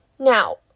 Now